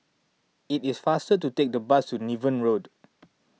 it is faster to take the bus to Niven Road